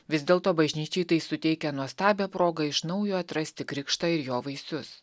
vis dėlto bažnyčiai tai suteikia nuostabią progą iš naujo atrasti krikštą ir jo vaisius